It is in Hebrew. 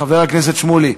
חבר הכנסת שמולי,